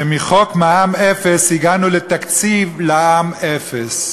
שמחוק מע"מ אפס הגענו לתקציב לעם, אפס.